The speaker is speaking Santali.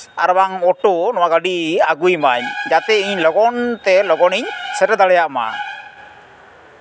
ᱟᱨ ᱵᱟᱝ ᱚᱴᱳ ᱱᱚᱣᱟ ᱜᱟᱹᱰᱤ ᱟᱹᱜᱩᱭ ᱢᱟᱭ ᱡᱟᱛᱮ ᱤᱧ ᱞᱚᱜᱚᱱ ᱛᱮ ᱞᱚᱜᱚᱱ ᱤᱧ ᱥᱮᱴᱮᱨ ᱫᱟᱲᱮᱭᱟᱜ ᱢᱟ